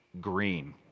Green